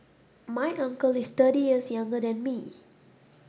my uncle is thirty years younger than me